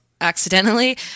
accidentally